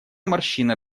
морщина